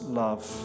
love